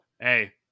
Hey